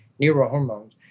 neurohormones